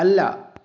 അല്ല